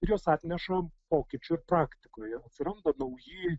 ir jos atneša pokyčių ir praktikoje atsiranda nauji